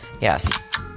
Yes